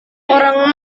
orang